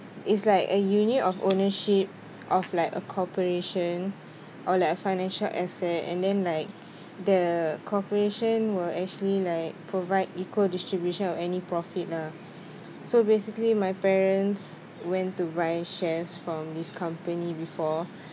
it's like a unit of ownership of like a corporation or like a financial asset and then like the corporation will actually like provide equal distribution of any profit lah so basically my parents went to buy shares from this company before